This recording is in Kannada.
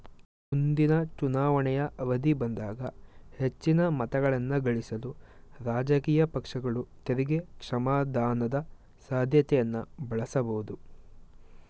ಮುಂದಿನ ಚುನಾವಣೆಯ ಅವಧಿ ಬಂದಾಗ ಹೆಚ್ಚಿನ ಮತಗಳನ್ನಗಳಿಸಲು ರಾಜಕೀಯ ಪಕ್ಷಗಳು ತೆರಿಗೆ ಕ್ಷಮಾದಾನದ ಸಾಧ್ಯತೆಯನ್ನ ಬಳಸಬಹುದು